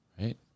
right